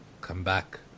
comeback